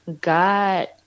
god